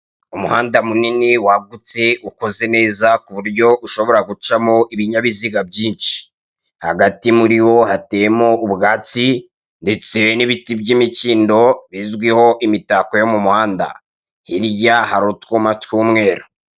Umuhanda munini wagutse ukoze neza kuburyo ushobora gucamo ibinyabiziga byinshi, hagati muri wo hateyemo ubwatsi, ndetse n'ibiti by'imikindo bizwiho imitako yo mu muhanda, hirya hari utwuma tw'umweru.